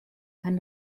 kann